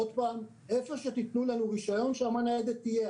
עוד פעם: איפה שתתנו לנו רישיון - שם הניידת תהיה.